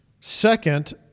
Second